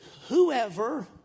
Whoever